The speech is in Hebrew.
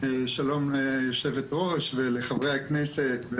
שלום ליושבת ראש ולחברי הכנסת,